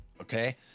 okay